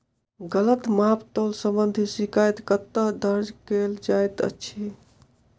गलत माप तोल संबंधी शिकायत कतह दर्ज कैल जाइत अछि?